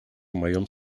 моем